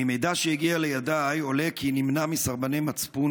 ממידע שהגיע לידי עולה כי נמנע מסרבני מצפון